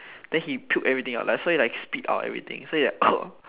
then he puke everything out like so he like spit out everything so he like